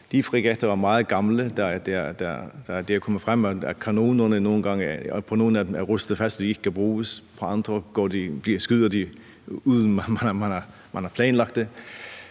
de fregatter er meget gamle. Det er jo kommet frem, at kanonerne på nogle af dem er rustet fast, og at de ikke kan bruges, og at de fra andre skyder, uden at man har planlagt det.